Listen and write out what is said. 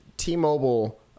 T-Mobile